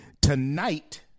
tonight